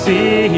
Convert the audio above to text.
See